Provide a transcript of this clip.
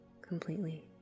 completely